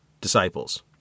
disciples